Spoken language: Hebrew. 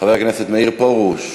חבר הכנסת מאיר פרוש,